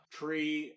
tree